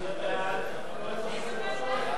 אני חושב,